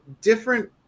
different